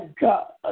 God